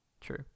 True